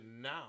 now